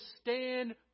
stand